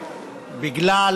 בגלל